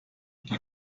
die